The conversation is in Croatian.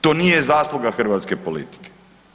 To nije zasluga hrvatske politike.